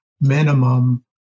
minimum